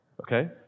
Okay